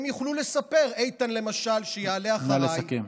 הם יוכלו לספר, איתן, למשל, שיעלה אחריי,